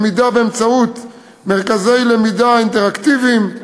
למידה באמצעות מרכזי למידה אינטראקטיביים,